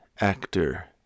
actor